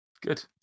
Good